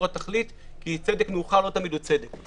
לתכלית כי צדק מאוחר הוא לא תמיד צדק .